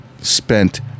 spent